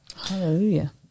Hallelujah